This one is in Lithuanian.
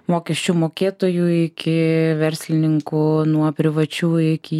mokesčių mokėtojų iki verslininkų nuo privačių iki